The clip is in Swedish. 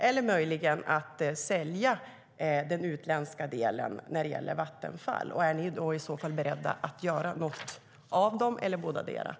Eller också kan man sälja Vattenfalls utländska del. Är ni i så fall beredda att göra något av dessa alternativ eller bådadera?